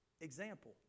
example